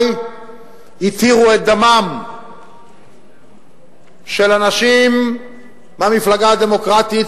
התירו את דמם של אנשים במפלגה הדמוקרטית,